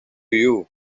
you